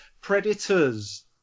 Predators